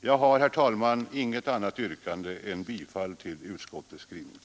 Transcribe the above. Jag har, herr talman, inget annat yrkande än om bifall till utskottets hemställan.